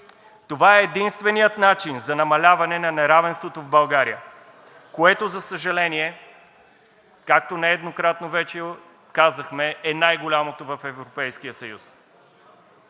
това е единственият начин за намаляване на неравенството в България, което, за съжаление, както нееднократно вече казахме, е най-голямото в Европейския съюз;